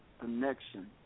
connection